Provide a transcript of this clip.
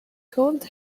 called